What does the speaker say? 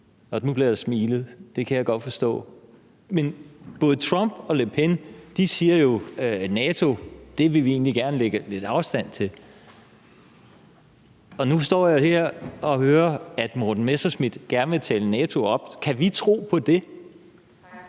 Nu bliver der smilet – det kan jeg godt forstå. Men både Trump og Le Pen siger jo, at de egentlig gerne vil lægge lidt afstand til NATO, og nu står jeg her og hører, at Morten Messerschmidt gerne vil tale NATO op – kan vi tro på det?